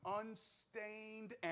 unstained